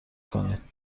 کنید